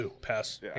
Pass